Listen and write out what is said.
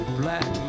black